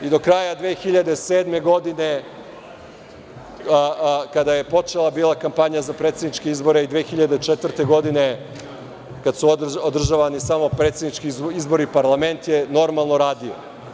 I do kraja 2007. godine, kada je bila počela kampanja za predsedničke izbore i 2004. godine, kada su održavani samo predsednički izbori, parlament je normalno radio.